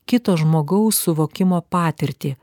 kito žmogaus suvokimo patirtį